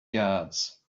yards